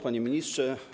Panie Ministrze!